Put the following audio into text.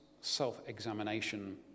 self-examination